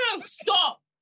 Stop